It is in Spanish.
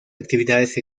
actividades